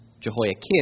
Jehoiakim